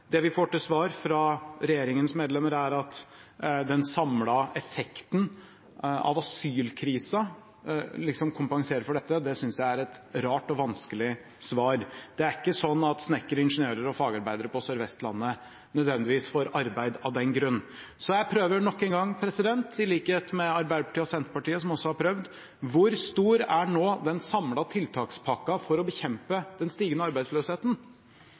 Det vi får til svar fra regjeringens medlemmer, er at den samlede effekten av asylkrisen liksom kompenserer for dette. Det synes jeg er et rart og vanskelig svar. Det er ikke sånn at snekkere, ingeniører og fagarbeidere på Sør-Vestlandet nødvendigvis får arbeid av den grunn. Så jeg prøver nok en gang, i likhet med Arbeiderpartiet og Senterpartiet som også har prøvd: Hvor stor er nå den samlede tiltakspakken for å bekjempe den stigende arbeidsløsheten?